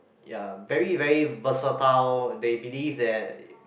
ya very very versatile they believe that